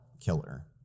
killer